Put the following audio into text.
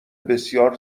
بسیار